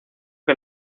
que